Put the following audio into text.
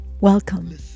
Welcome